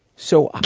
so,